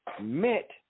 met